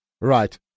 Right